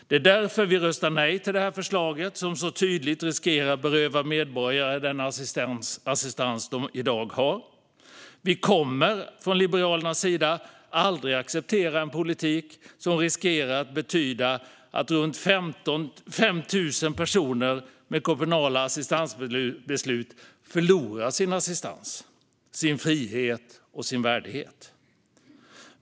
Därför kommer vi att rösta nej till detta förslag, som så tydligt riskerar att beröva medborgare den assistans som de i dag har. Vi kommer från Liberalernas sida aldrig att acceptera en politik som riskerar att betyda att runt 5 000 personer med kommunala assistansbeslut förlorar sin assistans, sin frihet och sin värdighet.